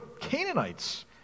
Canaanites